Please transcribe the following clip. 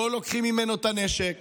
לא לוקחים ממנו את הנשק